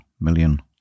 million